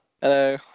Hello